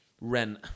Rent